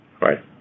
Right